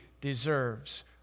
deserves